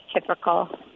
typical